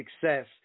success